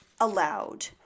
allowed